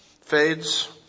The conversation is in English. fades